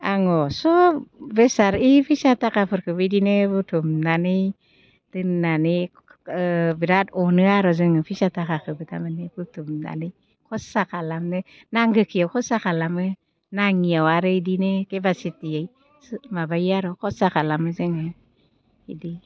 आङो सब बेसाद ओइ फैसा ताकाफोरखौबो बिदिनो बुथुमनानै दोननानै बिरात अनो आरो जोङो फैसा थाखाखौबो तारमाने बुथुमनानै खरसा खालामनो नांगौखो खरसा खालामो नाङियाव आरो बिदिनो केपासितियै माबायो आरो खरसा खालामो जोङो बिदि